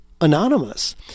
anonymous